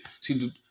See